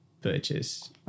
purchase